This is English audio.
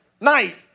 Night